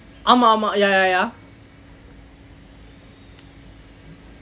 ஆமாம் ஆமாம்:aamaam aamaam ya ya ya